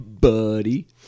buddy